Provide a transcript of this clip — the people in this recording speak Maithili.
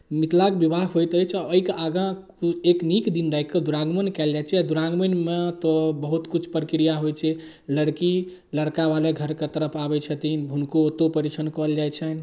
मिथिलाके विवाह होइत अछि आओर एहिके आगाँ एक नीक दिन राखि कऽ द्विरागमन कयल जाइ छै आओर द्विरागमनमे तऽ बहुत किछु प्रक्रिया होइ छै लड़की लड़कावला घरके तरफ आबै छथिन हुनको ओतहु परिछनि कयल जाइ छनि